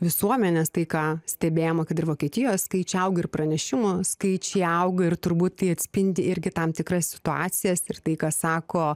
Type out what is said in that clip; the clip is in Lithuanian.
visuomenės tai ką stebėjome kad ir vokietijos skaičiai auga ir pranešimų skaičiai auga ir turbūt tai atspindi irgi tam tikras situacijas ir tai ką sako